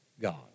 God